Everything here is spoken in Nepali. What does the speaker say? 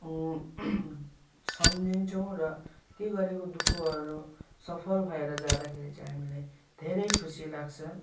सम्झिन्छौँ र त्यो गरेको दुःखहरू सफल भएर जाँदाखेरि चाहिँ हामीलाई धेरै खुसी लाग्छ